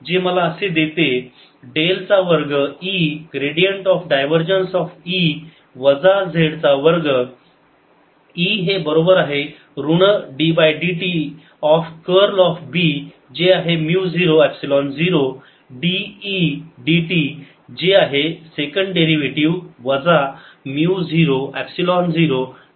ते मला असे देते डेल चा वर्ग E gradient of divergence of E वजा z चा वर्ग E हे बरोबर आहे ऋण d by dt of curl of B जे आहे म्यु 0 एपसिलोन 0 dE dt जे आहे सेकंड डेरिव्हेटिव्ह वजा mu 0 epsilon 0 d 2 E by dt चा वर्ग